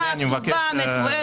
היא רשומה, כתובה, מתועדת.